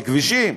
על כבישים,